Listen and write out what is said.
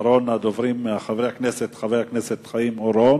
אחרון הדוברים הוא חבר הכנסת חיים אורון,